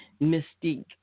mystique